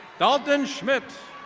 dultan schmitz.